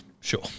sure